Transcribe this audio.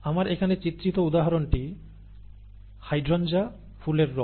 আমার এখানে চিত্রিত উদাহরণটি হাইড্রঞ্জা ফুলের রঙ